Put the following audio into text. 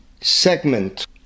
segment